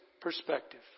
perspective